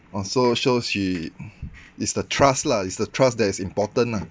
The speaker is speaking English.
orh so so she it's the trust lah it's the trust that is important lah